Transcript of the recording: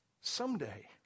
Someday